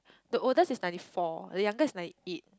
the oldest is ninety four the youngest is ninety eight